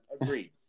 agreed